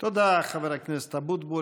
תודה, חבר הכנסת אבוטבול.